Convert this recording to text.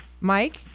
Mike